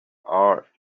are